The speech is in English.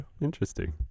Interesting